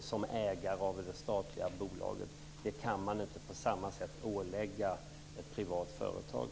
som ägare av ett statligt bolag ska ta kan inte på samma sätt åläggas ett privat företag.